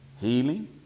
healing